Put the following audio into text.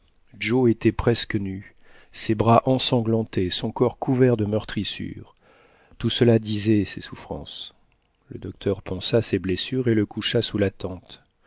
joe était presque nu ses bras ensanglantés son corps couvert de meurtrissures tout cela disait ses souffrances le docteur pansa ses blessures et le coucha sous la tente